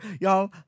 y'all